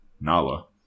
nala